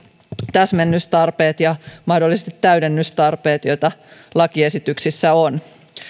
täsmennystarpeet ja mahdollisesti täydennystarpeet joita lakiesityksissä on